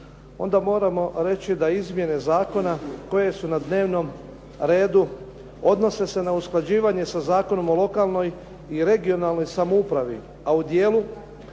onda moramo reći da izmjene zakona koje su na dnevnom redu odnose se na usklađivanje sa Zakonom o lokalnoj i regionalnoj samoupravi, a u dijelu